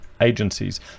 agencies